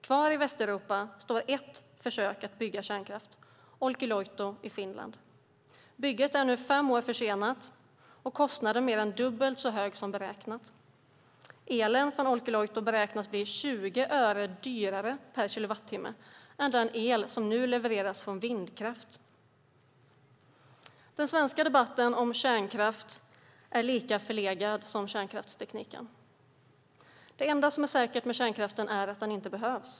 Kvar i Västeuropa står ett försök att bygga kärnkraft, Olkiluoto i Finland. Bygget är nu fem år försenat och kostnaden mer än dubbelt så hög som beräknat. Elen från Olkiluoto beräknas bli 20 öre dyrare per kilowattimme än den el som nu levereras från vindkraft. Den svenska debatten om kärnkraft är lika förlegad som kärnkraftstekniken. Det enda som är säkert med kärnkraften är att den inte behövs.